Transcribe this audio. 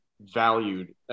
valued